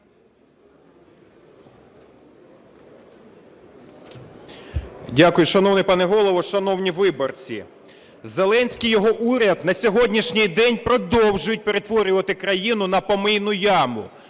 Дякую. Шановний пане Голово, шановні виборці! Зеленський і його уряд на сьогоднішній день продовжують перетворювати країну на помийну яму.